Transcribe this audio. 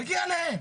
מגיע להם.